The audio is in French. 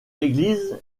église